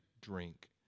drink